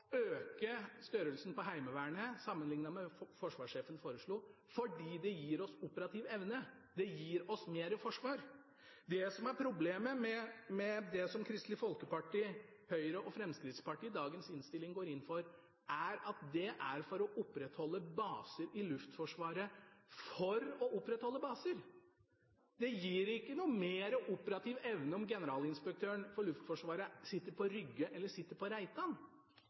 øke størrelsen på Heimevernet sammenlignet med det forsvarssjefen foreslo, fordi det gir oss operativ evne, det gir oss mer forsvar. Det som er problemet med det som Kristelig Folkeparti, Høyre og Fremskrittspartiet i dagens innstilling går inn for, er at man vil opprettholde baser i Luftforsvaret for å opprettholde baser. Det gir ikke noe mer operativ evne om Generalinspektøren for Luftforsvaret sitter på Rygge eller på